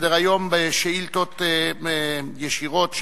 את סדר-היום בשאילתות ישירות,